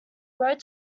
wrote